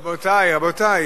רבותי, רבותי.